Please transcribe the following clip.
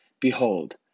Behold